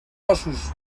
ossos